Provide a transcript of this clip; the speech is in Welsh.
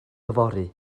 fory